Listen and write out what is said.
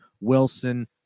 Wilson